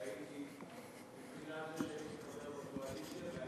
והייתי בתחילת הקדנציה חבר בקואליציה,